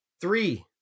three